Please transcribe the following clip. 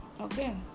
Okay